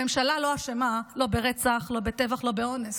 הממשלה לא אשמה לא ברצח, לא בטבח, לא באונס.